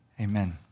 Amen